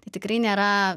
tai tikrai nėra